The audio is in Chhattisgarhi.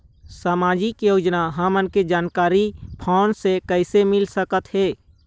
सामाजिक योजना हमन के जानकारी फोन से कइसे मिल सकत हे?